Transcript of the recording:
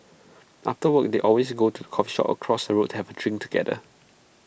after work they always go to the coffee shop across the road to have A drink together